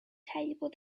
table